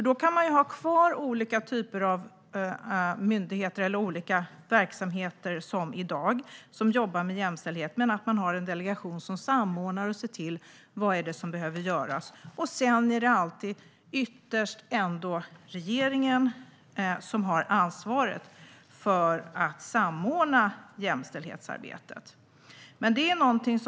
Då kan man ha kvar olika verksamheter som jobbar med jämställdhet och som finns i dag, men man har samtidigt en delegation som samordnar och ser vad som behöver göras. Ytterst är det sedan alltid regeringen som har ansvar för att samordna jämställdhetsarbetet.